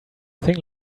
thing